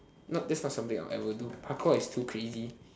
not that's not something I'll ever do parkour is too crazy